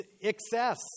excess